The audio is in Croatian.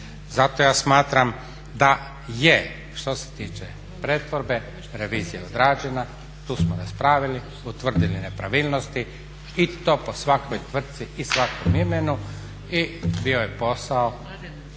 Zato ja smatram da je što se tiče pretvorbe revizija odrađena, tu smo raspravili, utvrdili nepravilnosti i to po svakoj tvrtci i svakom imenu i bio je posao